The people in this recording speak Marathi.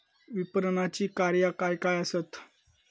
विपणनाची कार्या काय काय आसत?